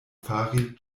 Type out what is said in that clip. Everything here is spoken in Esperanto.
fari